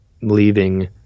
leaving